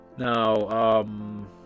Now